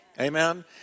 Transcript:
Amen